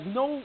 no